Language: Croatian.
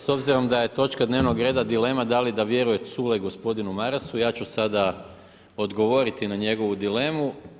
S obzirom da je točka dnevnog reda da li da vjeruje Culej gospodinu Marasu, ja ću sada odgovoriti na njegovu dilemu.